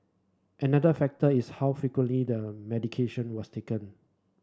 another factor is how frequently the medication was taken